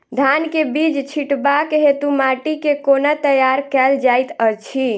धान केँ बीज छिटबाक हेतु माटि केँ कोना तैयार कएल जाइत अछि?